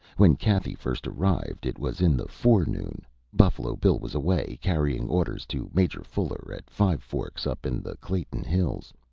when cathy first arrived it was in the forenoon buffalo bill was away, carrying orders to major fuller, at five forks, up in the clayton hills.